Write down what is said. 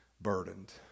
burdened